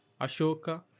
Ashoka